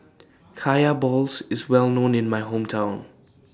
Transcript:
Kaya Balls IS Well known in My Hometown